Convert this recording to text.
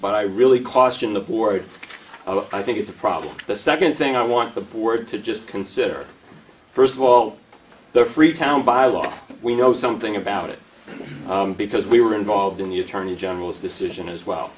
i really caution the board of i think it's a problem the second thing i want the board to just consider first of all there freetown by law we know something about it because we were involved in the attorney general's decision as well